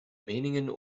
meningen